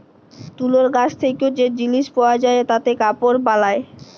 তুলর গাছ থেক্যে যে জিলিস পাওয়া যায় তাতে কাপড় বালায়